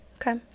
Okay